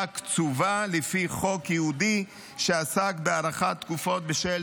קצובה לפי חוק ייעודי שעסק בהארכת תקופות בשל